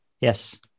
Yes